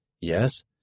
Yes